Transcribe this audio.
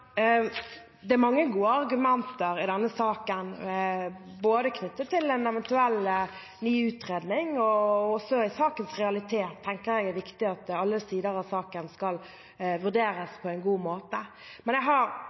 Det er mange gode argumenter i denne saken, bl.a. knyttet til en eventuell ny utredning, og også med tanke på sakens realiteter tenker jeg det er viktig at alle sider av saken skal vurderes på en god måte. Men jeg har